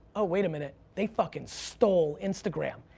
oh wait a minute, they fucking stole instagram.